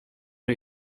are